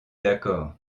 d’accord